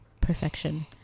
Perfection